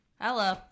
Hello